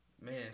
Man